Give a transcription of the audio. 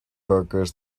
burgers